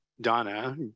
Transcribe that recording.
Donna